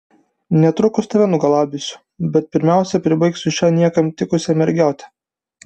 netrukus tave nugalabysiu bet pirmiausia pribaigsiu šią niekam tikusią mergiotę